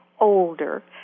older